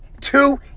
two